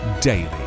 daily